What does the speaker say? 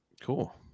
Cool